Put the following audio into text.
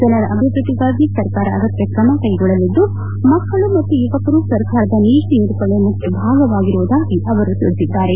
ಜನರ ಅಭಿವೃದ್ದಿಗಾಗಿ ಸರ್ಕಾರ ಅಗತ್ಯ ಕ್ರಮ ಕೈಗೊಳ್ಳಲಿದ್ದು ಮಕ್ಕಳು ಮತ್ತು ಯುವಕರು ಸರ್ಕಾರದ ನೀತಿ ನಿರೂಪಣೆಯ ಮುಖ್ಯ ಭಾಗವಾಗಿರುವುದಾಗಿ ಅವರು ತಿಳಿಸಿದ್ದಾರೆ